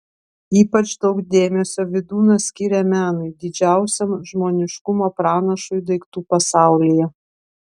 ypač daug dėmesio vydūnas skiria menui didžiausiam žmoniškumo pranašui daiktų pasaulyje